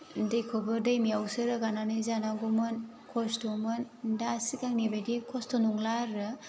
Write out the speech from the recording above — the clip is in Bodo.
दैखौबो दैमायावसो रोगानानै जानांगौमोन खस्थ'मोन दा सिगांनि बादि खस्थ' नंला आरो